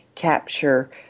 capture